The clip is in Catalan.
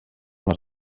les